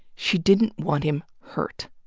she didn't want him hurt.